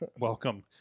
Welcome